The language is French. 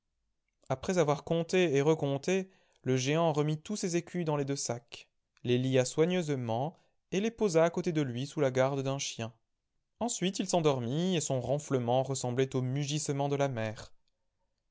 après avoir compté et recompté le géant remit tous ses écus dans les deux sacs les lia soigneusement et les posa à côté de lui sous la garde d'un chien ensuite il s'endormit et son ronflement ressemblait au mugissement de la mer